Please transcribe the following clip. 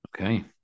Okay